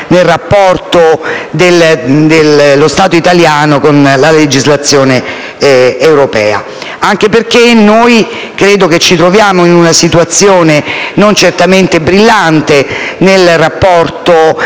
nel rapporto dello Stato italiano con la legislazione europea, anche perché ci troviamo in una situazione non certamente brillante in rapporto